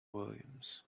williams